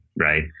Right